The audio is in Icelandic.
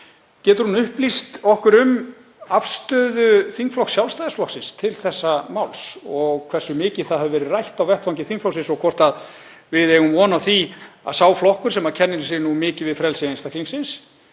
Getur hún upplýst okkur um afstöðu þingflokks Sjálfstæðisflokksins til þessa máls og hversu mikið það hefur verið rætt á vettvangi þingflokksins og hvort við eigum von á því að sá flokkur sem kennir sig mikið við frelsi einstaklingsins